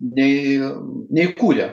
nei nei kūrė